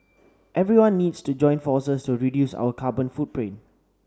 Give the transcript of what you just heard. everyone needs to join forces to reduce our carbon footprint